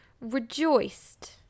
rejoiced